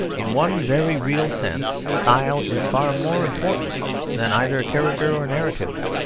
in one very real sense style is far more important than either character or narrative.